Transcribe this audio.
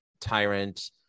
Tyrant